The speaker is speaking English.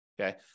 okay